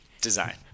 design